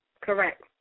Correct